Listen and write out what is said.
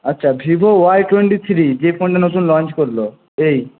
আচ্ছা Vivo Y twenty three যে ফোনটা নতুন লঞ্চ করলো এই